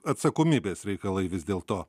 atsakomybės reikalai vis dėl to